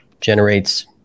generates